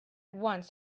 once